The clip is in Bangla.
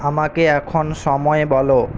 আমাকে এখন সময় বল